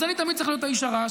אז אני תמיד צריך להיות האיש הרע,